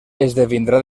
esdevindrà